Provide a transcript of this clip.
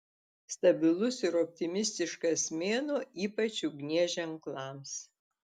stabilus ir optimistiškas mėnuo ypač ugnies ženklams